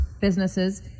businesses